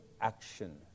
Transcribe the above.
action